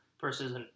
versus